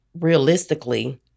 realistically